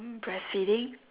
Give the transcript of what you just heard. breastfeeding